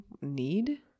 Need